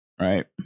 right